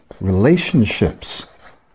relationships